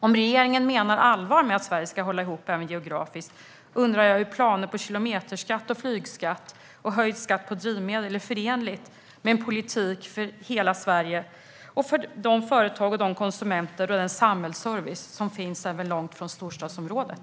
Om regeringen menar allvar med att Sverige ska hålla ihop även geografiskt, hur är planerna på kilometerskatt, flygskatt och höjd skatt på drivmedel förenliga med en politik för hela Sverige och för de företag och konsumenter och den samhällsservice som finns även långt från storstadsområdet?